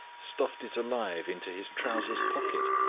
stuffed it alive into his trousers pocket,